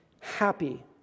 Happy